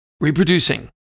reproducing